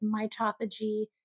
mitophagy